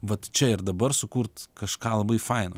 vat čia ir dabar sukurt kažką labai faino